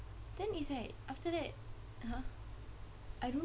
then it's like after that !huh! I don't know